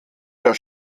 der